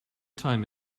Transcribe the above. time